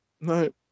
no